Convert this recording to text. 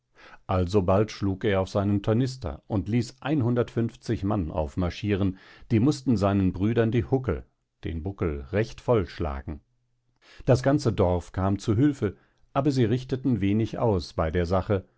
alsobald schlug er auf seinen tornister und ließ mann aufmarschiren die mußten seinen brüdern die hucke den buckel recht voll schlagen das ganze dorf kam zu hülfe aber sie richteten wenig aus bei der sache